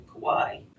Kauai